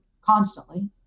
constantly